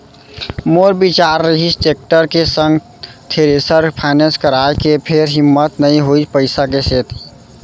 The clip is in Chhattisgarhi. मोर बिचार रिहिस टेक्टर के संग थेरेसर फायनेंस कराय के फेर हिम्मत नइ होइस पइसा के सेती